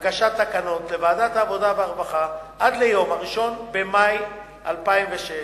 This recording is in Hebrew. הגשת תקנות לוועדת העבודה והרווחה עד ליום 1 במאי 2006,